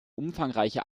umfangreiche